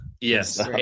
Yes